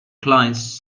clients